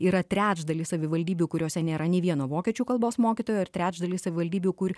yra trečdalis savivaldybių kuriose nėra nei vieno vokiečių kalbos mokytojo ir trečdalis savivaldybių kur